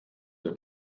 der